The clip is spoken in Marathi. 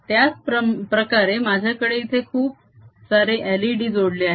त्याचप्रकारे माझ्याकडे इथे खूप सारे एलइडी जोडले आहेत